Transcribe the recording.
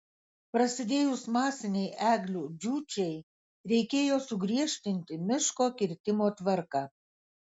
prasidėjus masinei eglių džiūčiai reikėjo sugriežtinti miško kirtimo tvarką